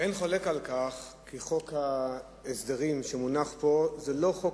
אין חולק על כך שחוק ההסדרים שמונח פה הוא לא חוק